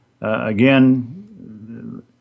again